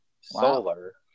solar